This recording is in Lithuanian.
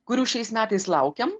kurių šiais metais laukiam